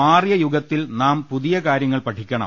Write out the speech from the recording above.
മാറിയ യുഗത്തിൽ നാം പുതിയ കാര്യങ്ങൾ പഠിക്കണം